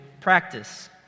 practice